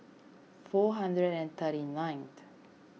four hundred and thirty nineth